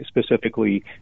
specifically